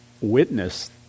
witness